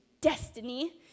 destiny